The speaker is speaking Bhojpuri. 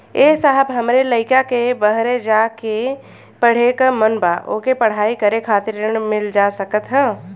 ए साहब हमरे लईकवा के बहरे जाके पढ़े क मन बा ओके पढ़ाई करे खातिर ऋण मिल जा सकत ह?